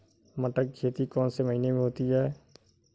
मटर की खेती कौन से महीने में होती है?